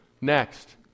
Next